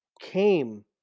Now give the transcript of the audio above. came